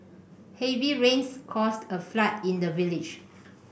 heavy rains caused a flood in the village